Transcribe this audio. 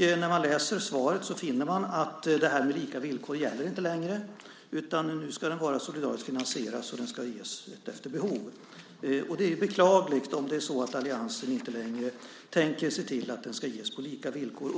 När man läser svaret finner man att lika villkor inte gäller längre. Nu ska den solidariskt finansieras och ges efter behov. Det är beklagligt om alliansen inte längre tänker se till att den ska ges på lika villkor.